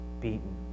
beaten